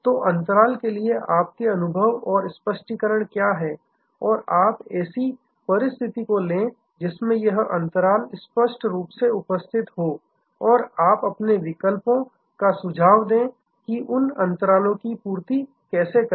तो अंतराल के लिए आपके अनुभव और स्पष्टीकरण क्या हैं और आप एक ऐसी परिस्थिति को ले जिसमें यह अंतराल स्पष्ट रूप से उपस्थित हो और आप अपने विकल्पों का सुझाव दें कि उन अंतरालों की पूर्ति कैसे करें